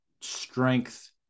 strength